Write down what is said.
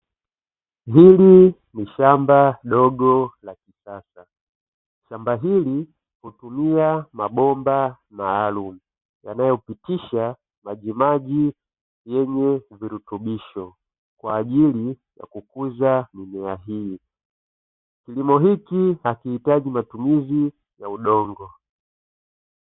Hili ni shamba dogo la kisasa. Shamba hili hutumia mabomba maalumu yanayopitisha majimaji yenye virutubisho kwa ajili ya kukuza mimea hii; kilimo hiki hakihitaji matumizi ya udongo.